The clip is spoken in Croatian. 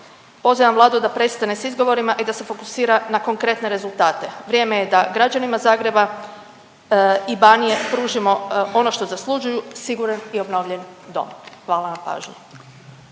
Pozivam Vladu da prestane s izgovorima i da se fokusira na konkretne rezultate. Vrijeme je da građanima Zagreba i Banije pružimo ono što zaslužuju, siguran i obnovljen dom. Hvala na pažnji.